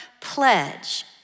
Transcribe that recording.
pledge